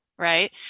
right